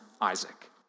Isaac